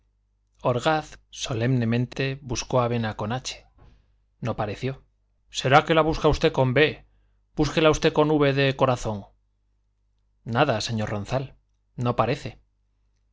orgaz solemnemente buscó avena con h no pareció será que la busca usted con b búsquela usted con v de corazón nada señor ronzal no parece